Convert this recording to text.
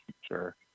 Sure